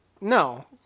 no